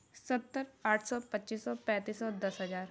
ਸੱਤਰ ਅੱਠ ਸੌ ਪੱਚੀ ਸੌ ਪੈਂਤੀ ਸੌ ਦਸ ਹਜ਼ਾਰ